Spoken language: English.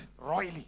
Royally